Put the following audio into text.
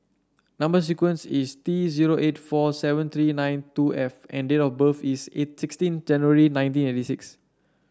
number sequence is T zero eight four seven three nine two F and date of birth is sixteen January nineteen eighty six